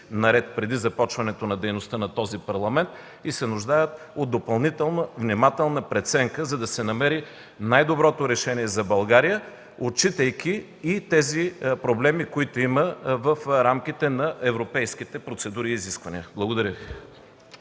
наред, преди започването на дейността на този Парламент, и се нуждаят от допълнителна внимателна преценка, за да се намери най-доброто решение за България, отчитайки и тези проблеми, които има в рамките на европейските процедури и изисквания. Благодаря